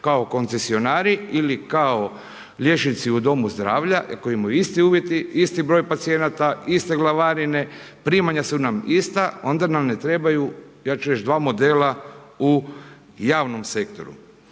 kao koncesionari ili kao liječnici u domu zdravlja koji imaju iste uvjete, isti broj pacijenata, iste glavarine, primanja su nam ista, onda nam ne trebaju, ja ću reći dva modela u javnom sektoru.